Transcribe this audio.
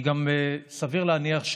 גם סביר להניח,